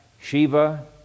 Shiva